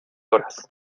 horas